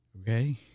Okay